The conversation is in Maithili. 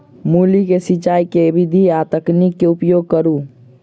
मूली केँ सिचाई केँ के विधि आ तकनीक केँ उपयोग करू?